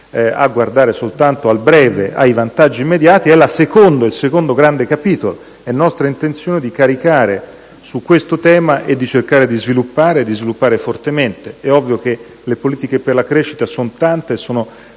e non soltanto al breve, ai vantaggi immediati, sia il secondo grande capitolo. È nostra intenzione caricare su questo tema e cercare di sviluppare fortemente. È ovvio che le politiche per la crescita sono tante e hanno